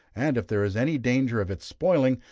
and if there is any danger of its spoiling,